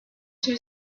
two